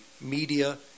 media